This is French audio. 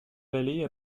vallée